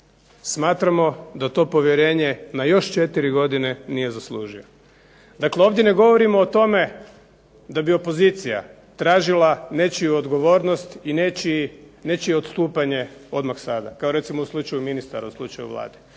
smatramo da to povjerenje na još 4 godine nije zaslužio. Dakle, ovdje ne govorimo o tome da bi opozicija tražila nečiju odgovornost i nečije odstupanje odmah sada kao recimo u slučaju ministara, u slučaju Vlade.